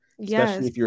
Yes